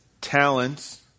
talents